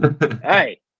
Hey